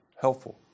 Helpful